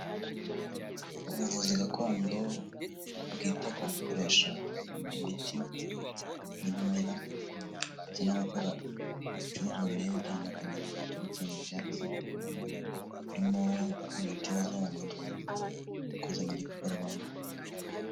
Ubuvuzi gakondo bwita ku gukoresha imiti n'ibimera ndetse no gukora ibicuruzwa bigiye bitandukanye biturutse mu byatsi, harimo umuti woza mu mutwe ukoze mu gikakarubamba.